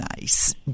nice